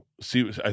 see